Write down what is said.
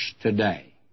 today